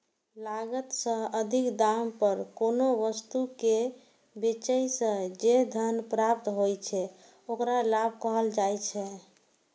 लागत सं अधिक दाम पर कोनो वस्तु कें बेचय सं जे धन प्राप्त होइ छै, ओकरा लाभ कहल जाइ छै